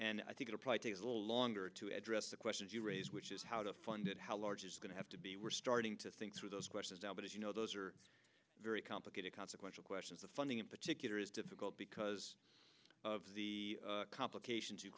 and i think it'll probably take a little longer to address the questions you raise which is how to fund it how large is going to have to be we're starting to think through those questions now but as you know those are very complicated consequential questions the funding in particular is difficult because of the complications you